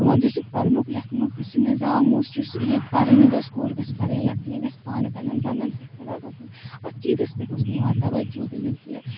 یِہنٛد یُس یہِ پرنُک لٮ۪کھنُک یُس یہِ نِظام اوس یُس یہِ پرٕنۍ گٔژھ کوٗر گٔژھ پرٕنۍ لٮ۪کھٕنۍ یہِ گٔژھ پانہٕ پنٛنٮ۪ن زنٛگن پٮ۪ٹھ کھڑا گَژھٕنۍ اَتھ چیٖزس پٮ۪ٹھ اوس نہٕ یِوان توجوٗ دِنہٕ کیٚنٛہہ